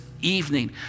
evening